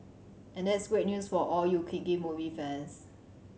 and that's great news for all you kinky movie fans